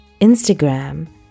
Instagram